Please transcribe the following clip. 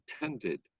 intended